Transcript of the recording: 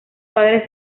padres